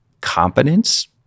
competence